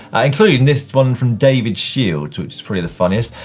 including this one from david shields, which is probably the funniest.